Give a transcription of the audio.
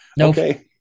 Okay